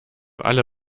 alle